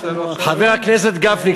חבר הכנסת גפני,